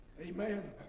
Amen